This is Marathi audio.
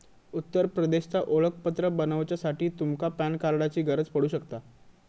उत्तर प्रदेशचा ओळखपत्र बनवच्यासाठी तुमच्या पॅन कार्डाची गरज पडू शकता